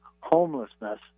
homelessness